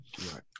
Right